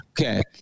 Okay